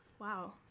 Wow